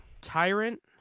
Tyrant